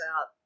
out